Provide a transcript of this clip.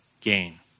gain